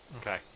okay